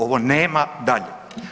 Ovo nema dalje.